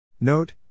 Note